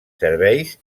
serveis